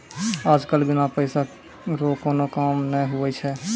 आज कल बिना पैसा रो कोनो काम नै हुवै छै